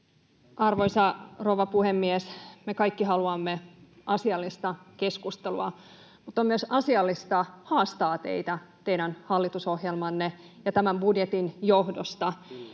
Arvoisa rouva puhemies! Me kaikki haluamme asiallista keskustelua, mutta on myös asiallista haastaa teitä teidän hallitusohjelmanne ja tämän budjetin johdosta.